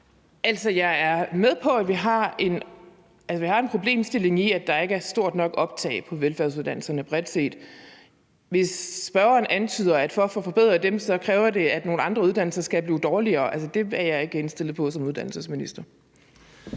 Jeg er med på, at vi har en problemstilling i, at der ikke er stort nok optag på velfærdsuddannelserne bredt set. Hvis spørgeren antyder, at for at få forbedret dem kræver det, at nogle andre uddannelser skal blive dårligere. Altså, det er jeg ikke indstillet på som uddannelsesminister.